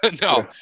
no